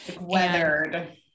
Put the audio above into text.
weathered